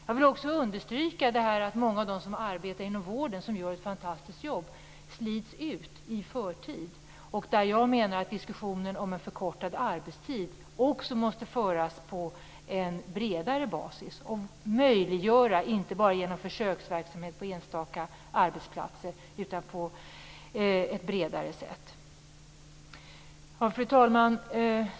Jag vill också understryka att många av dem som arbetar inom vården, vilka gör ett fantastiskt jobb, slits ut i förtid. Jag menar att diskussionen om en förkortad arbetstid måste föras på en bredare bas. Förkortad arbetstid borde möjliggöras, inte bara genom försöksverksamhet på enstaka arbetsplatser utan mycket bredare. Fru talman!